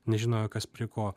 nežinojo kas prie ko